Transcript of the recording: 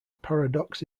paradox